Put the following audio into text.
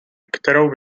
kterou